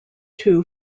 two